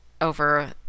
over